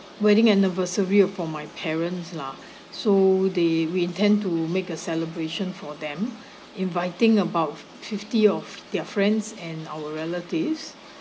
wedding anniversary for my parents lah so they we intend to make a celebration for them inviting about fifty of their friends and our relatives